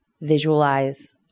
visualize